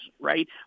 right